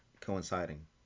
coinciding